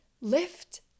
lift